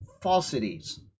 falsities